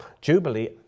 jubilee